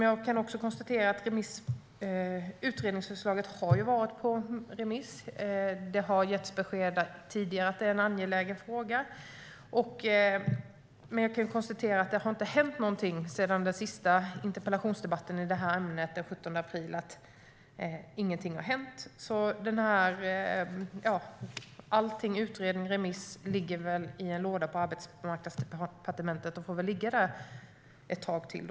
Jag kan också konstatera att utredningsförslaget har varit på remiss. Det har tidigare getts besked om att detta är en angelägen fråga, men jag kan konstatera att det inte har hänt någonting sedan den senaste interpellationsdebatten i det här ämnet den 17 april. Ingenting har hänt. Allting - utredning och remiss - ligger väl i en låda på Arbetsmarknadsdepartementet och får ligga där ett tag till.